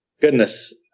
goodness